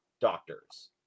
doctors